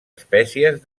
espècies